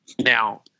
Now